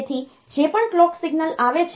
તેથી જે પણ કલોક સિગ્નલ આવે છે